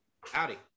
Howdy